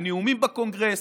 בנאומים בקונגרס,